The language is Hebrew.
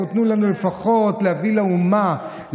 תנו לנו לפחות להביא לאומה,